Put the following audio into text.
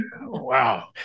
Wow